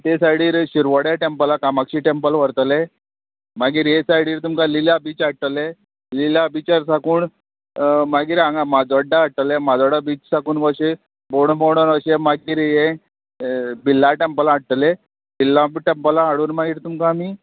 तें सायडीर शिरवाड्या टेंपला कामाक्षी टॅम्पल व्हरतले मागीर हे सायडीन तुमकां लिला बीच हाडटले लिला बिचार साकूणऩ मागीर हांगा माजोड्डा हाडटले माजोड्डा बीच साकून अशे बोडबोडन अशें मागीर हे बिल्ला टेंपलां हाडटले बिल्ला टेंपलां हाडून मागीर तुमकां आमी